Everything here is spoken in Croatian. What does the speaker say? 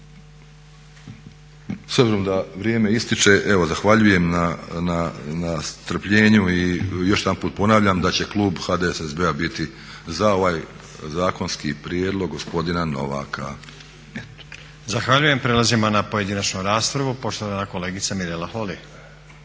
S obzirom da vrijeme ističe evo zahvaljujem na strpljenju i još jedanput ponavljam da će klub HDSSB-a biti za ovaj zakonski prijedlog gospodina Novaka. **Stazić, Nenad (SDP)** Zahvaljujem. Prelazimo na pojedinačnu raspravu. Poštovana kolegica Mirela Holy.